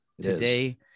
Today